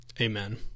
Amen